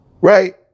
Right